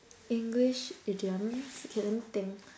English idioms okay let me think